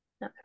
No